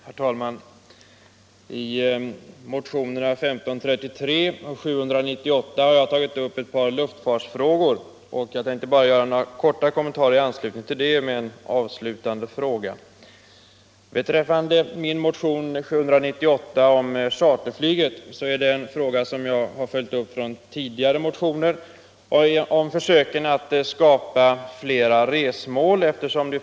Herr talman! I motionerna 798 och 1533 har jag tagit upp ett par lufifartsfrågor, och jag tänkte göra några korta kommentarer i anslutning till dem med en avslutande fråga. I motionen 798 om charterflyget har jag följt upp en fråga från tidigare motioner om försöken att skapa fler resmål.